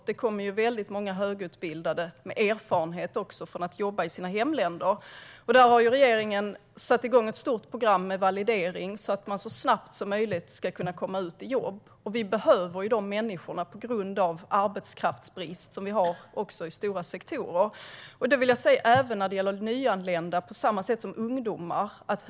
Det kommer väldigt många högutbildade som har erfarenhet av att jobba i sina hemländer. Regeringen har satt igång ett stort program med validering, så att de så snabbt som möjligt ska kunna komma ut i jobb. Vi behöver de människorna på grund av arbetskraftsbrist i stora sektorer. När det gäller nyanlända är det på samma sätt som när det gäller ungdomar.